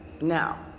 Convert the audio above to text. now